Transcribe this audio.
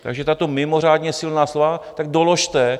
Takže tato mimořádně silná slova doložte.